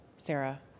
Sarah